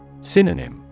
Synonym